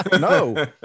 no